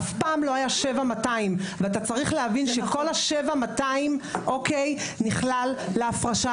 אף פעם לא היה 7,200. ואתה צריך להבין שכל ה-7,200 נכלל להפרשה,